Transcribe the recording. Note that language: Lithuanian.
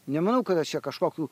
nemanau kad aš čia kažkokių